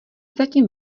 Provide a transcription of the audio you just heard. zatím